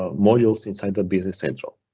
ah modules inside the business central.